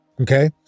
Okay